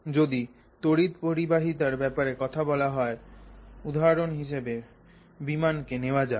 যদি তড়িৎ পরিবাহিতার ব্যাপারে কথা বলা হয় উধাহরণ হিসেবে বিমানকে নেওয়া যাক